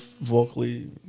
Vocally